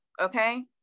Okay